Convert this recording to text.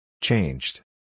Changed